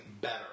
better